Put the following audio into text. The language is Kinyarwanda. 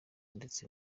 ndetse